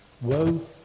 Woe